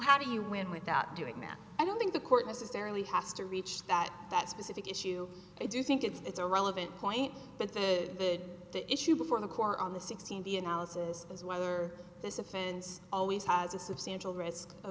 how do you win without doing that i don't think the court necessarily has to reach that that specific issue i do think it's a relevant point but the the issue before the court on the sixteen the analysis is whether this offense always has a substantial r